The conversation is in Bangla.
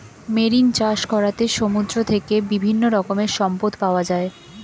মেরিন চাষ করাতে সমুদ্র থেকে বিভিন্ন রকমের সম্পদ পাওয়া যায়